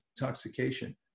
intoxication